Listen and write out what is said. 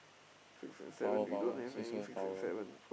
six and seven we don't have any six and seven